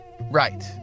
Right